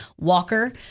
Walker